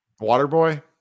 Waterboy